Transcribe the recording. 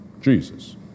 Jesus